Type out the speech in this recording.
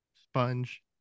sponge